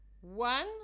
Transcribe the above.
one